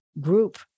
group